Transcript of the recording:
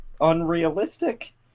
unrealistic